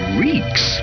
reeks